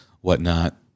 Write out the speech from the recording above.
whatnot